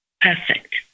perfect